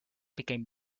became